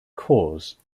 cause